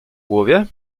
głowie